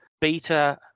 beta